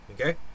Okay